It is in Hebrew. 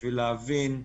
כדי להבין,